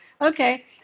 Okay